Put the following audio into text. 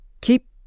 keep